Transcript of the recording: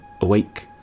awake